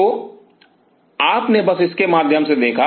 तो आपने बस इसके माध्यम से देखा